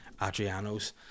Adrianos